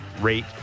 rate